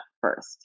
first